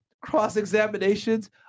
cross-examinations